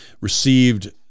received